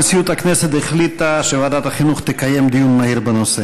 נשיאות הכנסת החליטה שוועדת החינוך תקיים דיון מהיר בנושא.